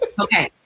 Okay